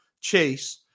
Chase